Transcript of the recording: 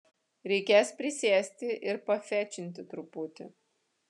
reikės prisėsti ir pafečinti truputį